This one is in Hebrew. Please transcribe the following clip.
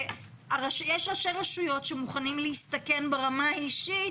יש ראשי רשויות שמוכנים להסתכן ברמה האישית